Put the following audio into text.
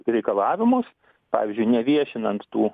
reikalavimus pavyzdžiui neviešinant tų